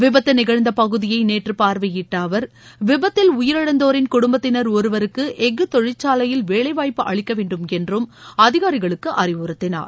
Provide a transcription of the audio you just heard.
விபத்து நிகழ்ந்த பகுதியை நேற்று பார்வையிட்ட அவர் விபத்தில் உயிரிழந்தோரின் குடும்பத்தினர் ஒருவருக்கு எஃகு தொழிற்சாலையில் வேலைவாய்ப்பு அளிக்கவேண்டும் என்றும் அதிகாரிகளுக்கு அறிவுறுத்தினார்